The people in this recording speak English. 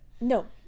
no